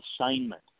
assignment